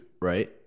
right